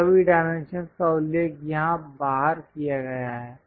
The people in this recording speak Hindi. तो सभी डाइमेंशंस का उल्लेख यहां बाहर किया गया है